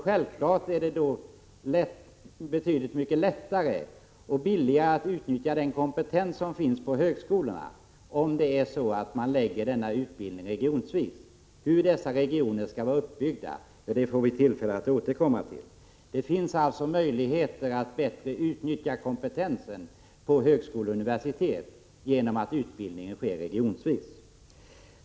Självfallet är det därför betydligt mycket enklare och billigare att utnyttja den kompetens som finns på högskolorna om denna utbildning förläggs regionvis. Frågan om hur dessa regioner skall vara uppbyggda får vi tillfälle att återkomma till. Det finns alltså möjligheter att bättre utnyttja kompetensen på högskolor och universitet genom att låta utbildningen ske regionvis.